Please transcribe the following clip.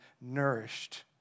nourished